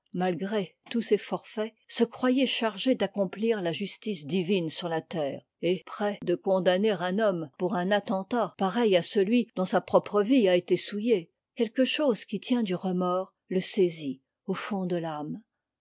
malgré tous ses forfaits se croyait chargé d'accomplir la justice divine sur la terre et près de condamner un homme pour un attentat pareil à celui dont sa propre vie a été souillée quelque chose qui tient du remords le saisit au fond de l'âme